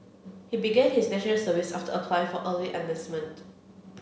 he began his National Service after applying for early enlistment